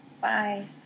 Bye